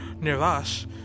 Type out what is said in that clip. Nirvash